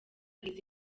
izi